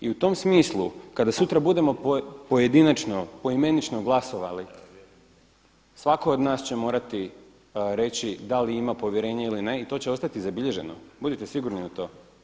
I u tom smislu kada sutra budemo pojedinačno, poimenično glasovali svatko od nas će morati reći da li ima povjerenje ili ne i to će ostati zabilježeno, budite sigurni u to.